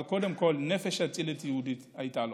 אבל קודם כול, נפש אצילית יהודית הייתה לו.